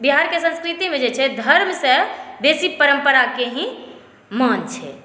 बिहारकेँ संस्कृतिमे जे छै धर्मसँ बेसी परम्पराकेँ ही महत्व छै